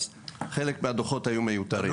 אז חלק מהדוחות היו מיותרים.